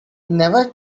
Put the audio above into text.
never